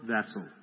vessel